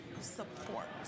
support